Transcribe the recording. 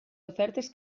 ofertes